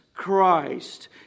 Christ